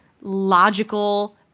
logical